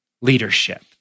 leadership